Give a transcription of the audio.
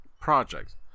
project